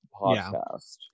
podcast